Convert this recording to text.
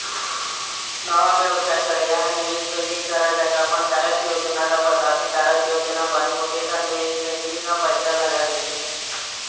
नवा बेवसाय करइया ह निवेश बेंकिग करा जाके अपन कारज योजना ल बताथे, कारज योजना बने होथे त निवेश बेंकिग ह पइसा लगा देथे